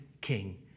king